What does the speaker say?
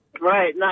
Right